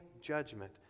judgment